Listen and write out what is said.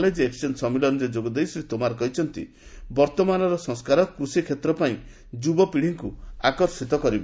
ଦଶମ 'knowledge exchange' ସମ୍ମିଳନୀରେ ଯୋଗଦେଇ ଶ୍ରୀ ତୋମର କହିଛନ୍ତି ବର୍ତ୍ତମାନର ସଂସ୍କାର କୃଷି କ୍ଷେତ୍ର ପାଇଁ ଯୁବପିଢ଼ିଙ୍କୁ ଆକର୍ଷିତ କରିବ